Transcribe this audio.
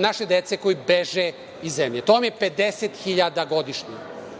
naše dece koja beže iz zemlje. To vam je 50 hiljada godišnje.